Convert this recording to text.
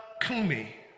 Kumi